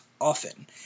often